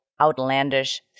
outlandish